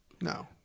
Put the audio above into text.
No